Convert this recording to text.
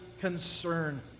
concern